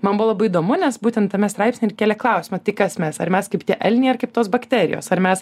man buvo labai įdomu nes būtent tame straipsny ir kėlė klausimą tai kas mes ar mes kaip tie elniai ar kaip tos bakterijos ar mes